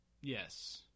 Yes